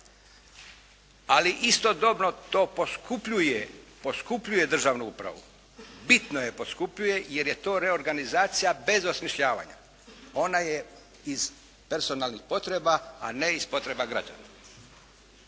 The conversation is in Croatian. Ali istodobno to poskupljuje državnu upravu, bitno je poskupljuje jer je to reorganizacija bez osmišljavanja. Ona je iz personalnih potreba a ne iz potreba građana.